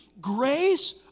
Grace